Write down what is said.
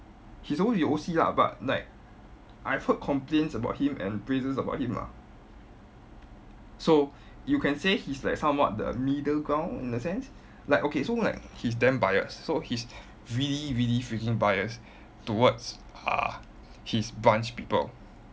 he's supposed be O_C lah but like I've heard complaints about him and praises about him lah so you can say he's like somewhat the middle ground in that sense like okay so like he's damn biased so he's really really freaking biased towards uh his branch people